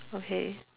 okay